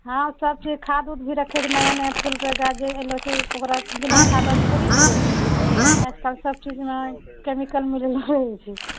हँ सबचीज खाद्य उद्य भी राखए छी नया नया फूल सब जे एलहूँ हँ ओकरा बिना खाद्यके थोड़े ही उगै छै आइ काल्हि सबचीजमे केमिकल मिलाएल रहैत छै